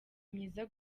myiza